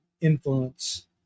influence